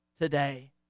today